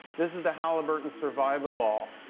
this is the halliburton survivaball.